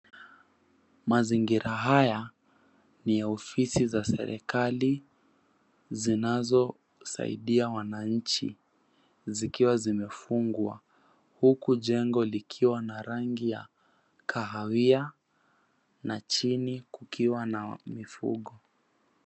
Mazingira haya ni ya ofisi za serikali zinazosaidia wananchi zikiwa zimefungwa. Huku jengo likiwa na rangi ya kahawia na chini kukiwa na mifugo.